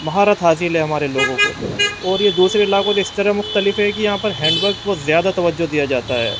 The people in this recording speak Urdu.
مہارت حاصل ہے ہمارے لوگوں کو اور یہ دوسرے علاقوں اس طرح مختلف ہے کہ یہاں پر ہینڈ ورک بہت زیادہ توجہ دیا جاتا ہے